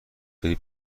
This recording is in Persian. بری